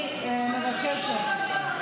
אני מבקשת להפסיק.